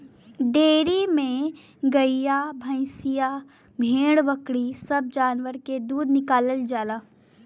dairy में गइया भईंसिया भेड़ बकरी सब जानवर के दूध निकालल जाला